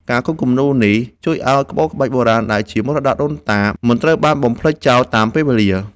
ការគូរគំនូរនេះជួយឱ្យក្បូរក្បាច់បុរាណដែលជាមរតកដូនតា មិនត្រូវបានបំភ្លេចចោលតាមពេលវេលា។